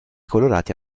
colorati